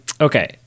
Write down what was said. okay